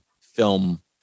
film